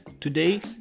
Today